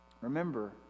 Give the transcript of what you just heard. remember